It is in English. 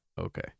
okay